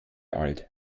alt